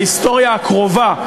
ההיסטוריה הקרובה,